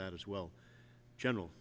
that as well general